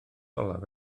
olaf